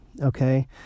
okay